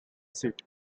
seat